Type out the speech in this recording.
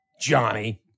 Johnny